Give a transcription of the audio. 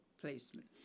placement